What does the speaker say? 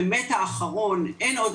באמת האחרון, אין עוד.